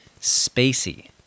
Spacey